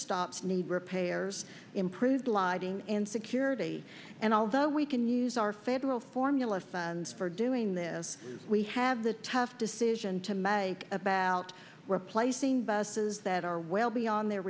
stops need repairs improved lighting and security and although we can use our federal formula for doing this we have the tough decision to my about replacing buses that are well beyond their